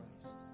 Christ